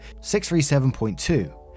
637.2